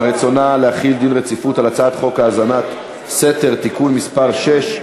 רצונה להחיל דין רציפות על הצעת חוק האזנת סתר (תיקון מס' 6),